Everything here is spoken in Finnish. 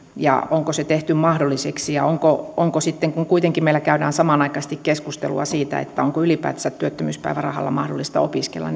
ja onko se tehty mahdolliseksi ja onko sitten kun kuitenkin meillä käydään samanaikaisesti keskustelua siitä onko ylipäätänsä työttömyyspäivärahalla mahdollista opiskella